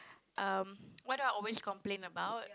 um what do I always complain about